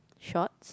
shorts